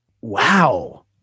wow